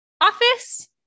office